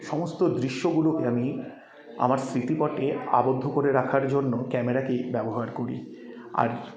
সমস্ত দৃশ্যগুলোকে আমি আমার স্মৃতিপটে আবদ্ধ করে রাখার জন্য ক্যামেরাকে ব্যবহার করি আর